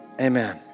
amen